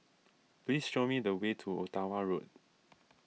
please show me the way to Ottawa Road